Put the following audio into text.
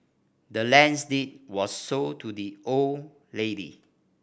the land's deed was sold to the old lady